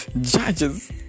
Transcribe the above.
Judges